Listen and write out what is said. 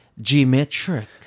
Geometric